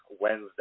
Wednesday